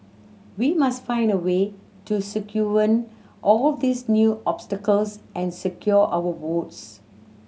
we must find a way to circumvent all these new obstacles and secure our votes